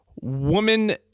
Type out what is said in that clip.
woman